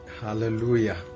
Hallelujah